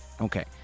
Okay